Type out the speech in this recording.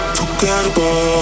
forgettable